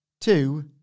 Two